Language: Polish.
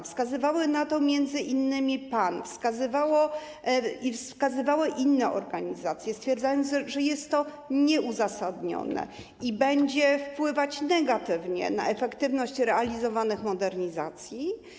Wskazywała na to m.in. PAN, wskazywały na to inne organizacje, stwierdzając, że jest to nieuzasadnione i będzie wpływać negatywnie na efektywność realizowanych modernizacji.